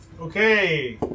okay